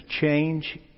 change